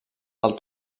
del